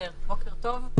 בוקר טוב.